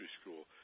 School